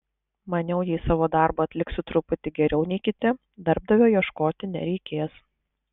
maniau jei savo darbą atliksiu truputį geriau nei kiti darbdavio ieškoti nereikės